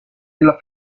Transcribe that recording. della